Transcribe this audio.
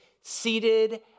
seated